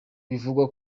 bivugwa